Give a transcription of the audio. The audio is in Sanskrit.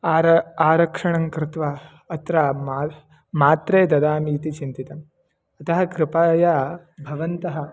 आर आरक्षणं कृत्वा अत्र मम मात्रे ददामि इति चिन्तितम् अतः कृपया भवन्तः